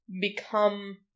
become